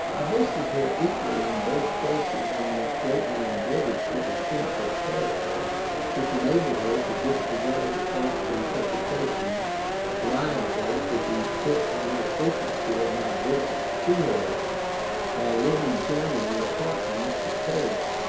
i visited her equally in both places and was greatly indebted to the strength of character which enabled her to disregard the false interpretations liable to be put on the frequency of my visits to her while living generally apart from mr. taylor,